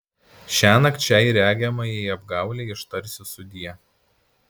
šiąnakt šiai regimajai apgaulei ištarsiu sudie